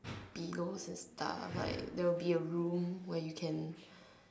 be girls and stuff like there will be a room where you can